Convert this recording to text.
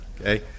Okay